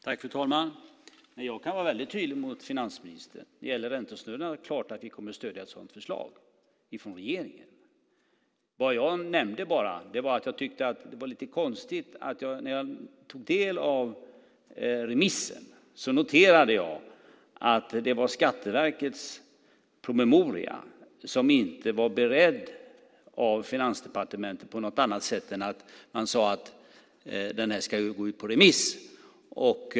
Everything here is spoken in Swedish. Fru talman! Jag kan vara väldigt tydlig mot finansministern. När det gäller räntesnurrorna är det klart att vi kommer att stödja ett sådant förslag från regeringen. Vad jag nämnde var bara att jag tyckte att det var lite konstigt när jag tog del av remissen att det var Skatteverkets promemoria och att den inte var beredd av Finansdepartementet på något annat sätt än att man sade att den skulle gå ut på remiss.